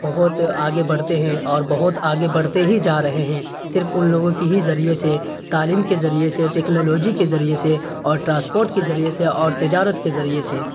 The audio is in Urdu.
بہت آگے بڑھتے ہیں اور بہت آگے بڑھتے ہی جا رہے ہیں صرف ان لوگوں کے ہی ذریعے سے تعلیم کے ذریعے سے ٹیکنالوجی کے ذریعے سے اور ٹرانسپورٹ کے ذریعے سے اور تجارت کے ذریعے سے